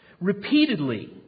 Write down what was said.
repeatedly